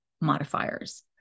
modifiers